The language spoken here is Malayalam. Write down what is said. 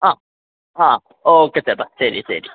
അ ആ ഓക്കേ ചേട്ടാ ശരി ശരി